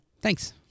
Thanks